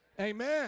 Amen